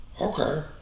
Okay